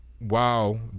wow